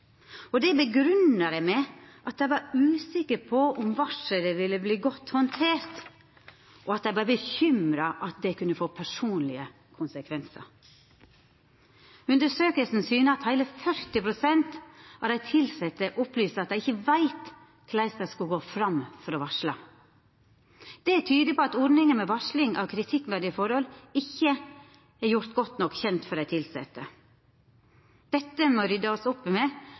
forholdet. Det grunngjev dei med at dei var usikre på om varselet ville verta godt handtert, og at dei var bekymra for at det kunne få personlege konsekvensar. Undersøkinga syner at heile 40 pst. av dei tilsette opplyser at dei ikkje veit korleis dei skal gå fram for å varsla. Det tyder på at ordninga med varsling om kritikkverdige forhold ikkje er gjord godt nok kjend for dei tilsette. Dette må det ryddast opp